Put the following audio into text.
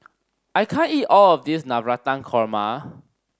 I can't eat all of this Navratan Korma